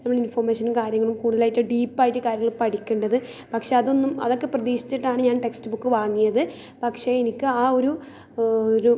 നമ്മൾ ഇൻഫൊർമേഷനും കാര്യങ്ങളും കൂടുതലായിട്ട് ഡീപ്പ് ആയിട്ട് കാര്യങ്ങൾ പഠിക്കേണ്ടത് പക്ഷെ അതൊന്നും അതൊക്കെ പ്രതീക്ഷിച്ചിട്ടാണ് ഞാൻ ടെക്സ്റ്റ് ബുക്ക് വാങ്ങിയത് പക്ഷെ എനിക്ക് ആ ഒരു ഒരു